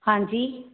हांजी